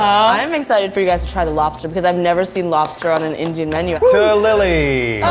i'm excited for you guys to try the lobster because i've never seen lobster on an indian menu. to lilly!